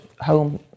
home